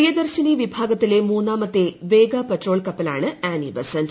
പ്രിയദർശിനി വിഭാഗത്തിലെ മൂന്നാമത്തെ വേഗ പട്രോൾ കപ്പലാണ് ആനി ബസന്റ്